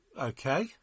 okay